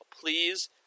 Please